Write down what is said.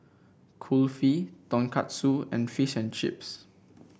Kulfi Tonkatsu and Fish and Chips